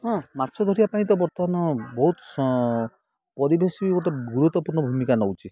ହଁ ମାଛ ଧରିବା ପାଇଁ ତ ବର୍ତ୍ତମାନ ବହୁତ ପରିବେଶ ବି ଗୋଟେ ଗୁରୁତ୍ୱପୂର୍ଣ୍ଣ ଭୂମିକା ନେଉଛି